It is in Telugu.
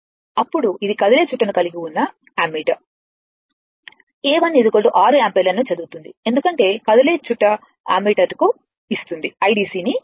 అప్పుడు ఇది కదిలే చుట్ట ని కలిగిన అమ్మీటర్ A1 6 యాంపియర్లను చదువుతుంది ఎందుకంటే కదిలే చుట్ట ని కలిగిన అమ్మీటర్ iDC ని ఇస్తుంది